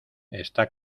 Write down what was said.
esta